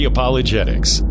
Apologetics